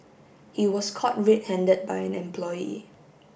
he was caught red handed by an employee